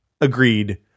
Agreed